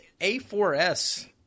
A4S